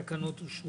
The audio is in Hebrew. הצבעה התקנות אושרו.